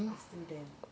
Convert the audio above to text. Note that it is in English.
it's still damp